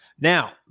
Now